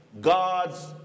God's